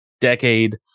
decade